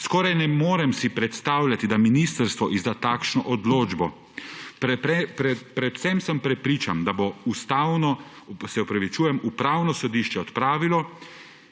Skoraj ne morem si predstavljati, da ministrstvo izda takšno odločbo. Predvsem sem prepričan, da jo bo Upravno sodišče odpravilo,